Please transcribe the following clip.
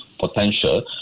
potential